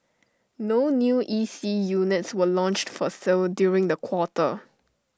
no new E C units were launched for sale during the quarter